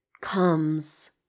comes